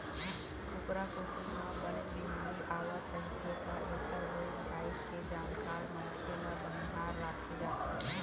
कुकरा कुकरी म बनेच बिमारी आवत रहिथे त एखर रोग राई के जानकार मनखे ल बनिहार राखे जाथे